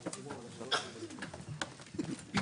הישיבה ננעלה בשעה 09:45.